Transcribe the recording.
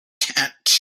tent